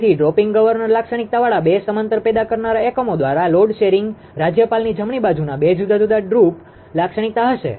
તેથી drooping governor લાક્ષણિકતાવાળા બે સમાંતર પેદા કરનારા એકમો દ્વારા લોડ શેરિંગ રાજ્યપાલની જમણી બાજુના બે જુદા જુદા ડ્રૂપ લાક્ષણિકતા હશે